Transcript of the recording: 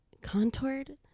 contoured